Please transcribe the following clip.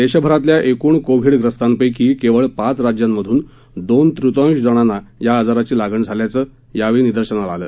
देशभरातल्या एकूण कोविडग्रस्तांपैकी केवळ पाच राज्यांमधून दोन तृतीयांश जणांना या आजाराची लागण झाल्याचं यावेळी निदर्शनाला आल